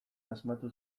asmatu